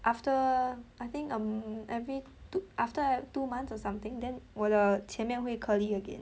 after I think um every two after two months or something then 我的前面会 curly again